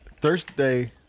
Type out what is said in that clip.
Thursday